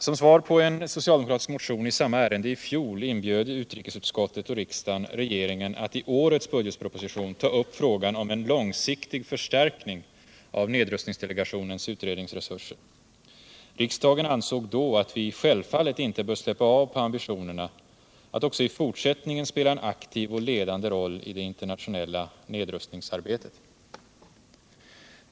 Som svar på en socialdemokratisk motion i samma ärende i fjol inbjöd utrikesutskottet och riksdagen regeringen att i årets budgetproposition ta upp frågan om en långsiktig förstärkning av nedrustningsdelegationens utredningsresurser. Riksdagen ansåg då att vi självfallet inte bör släppa av på ambitionerna att också i fortsättningen spela en aktiv och ledande roll i det internationella nedrustningsarbetet.